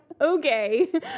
okay